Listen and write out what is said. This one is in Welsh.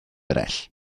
eraill